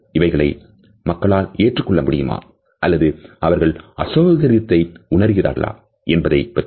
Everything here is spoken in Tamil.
இவைகளை மக்களால் ஏற்றுக்கொள்ள முடியுமா அல்லது அவர்கள் அசௌகரியத்தை உணர்கிறார்களா என்பதைப் பற்றியது